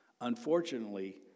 Unfortunately